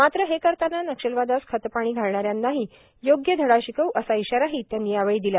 मात्र हे करताना नक्षलवादास खतपाणी घालणाऱ्यांनाही योग्य धडा शिकव् असा इशाराही त्यांनी यावेळी दिला